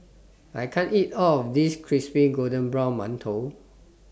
I can't eat All of This Crispy Golden Brown mantou